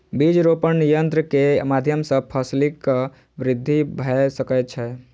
बीज रोपण यन्त्र के माध्यम सॅ फसीलक वृद्धि भ सकै छै